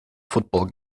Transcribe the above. football